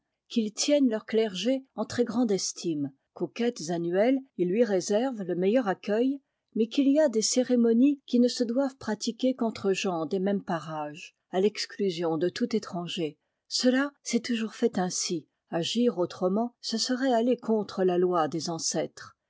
qu'ils tiennent leur clergé en très grande estime qu'aux quêtes annuelles ils lui réservent le meilleur accueil mais qu'il y a des cérémonies qui ne se doivent pratiquer qu'entre gens des mêmes parages à l'exclusion de tout étranger cela s'est toujours fait ainsi agir autrement ce serait aller contre la loi des ancêtres